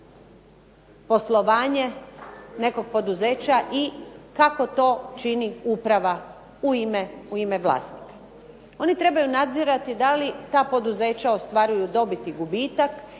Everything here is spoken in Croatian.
poslovanje nekog poduzeća i kako to čini uprava u ime vlasnika. Oni trebaju nadzirati da li ta poduzeća ostvaruju dobit i gubitak,